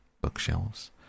bookshelves